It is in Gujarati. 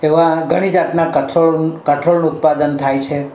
એવાં ઘણી જાતનાં કઠોળ કઠોળનું ઉત્પાદન થાય છે